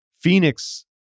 Phoenix